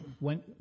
went